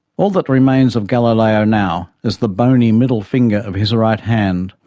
all that remains of galileo now is the bony middle finger of his right hand,